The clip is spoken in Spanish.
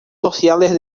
sociales